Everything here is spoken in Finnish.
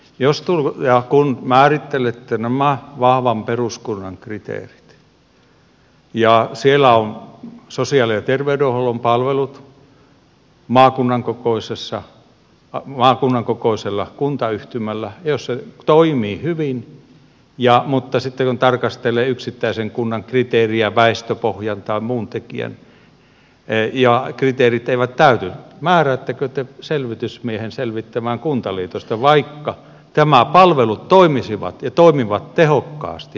jos ja kun määrittelette nämä vahvan peruskunnan kriteerit ja siellä on sosiaali ja terveydenhuollon palvelut maakunnan kokoisella kuntayhtymällä ja se toimii hyvin mutta sitten kun tarkastelee yksittäisen kunnan kriteeriä väestöpohjan tai muun tekijän pohjalta ja kriteerit eivät täyty määräättekö te selvitysmiehen selvittämään kuntaliitosta vaikka nämä palvelut toimivat tehokkaasti ja tuloksekkaasti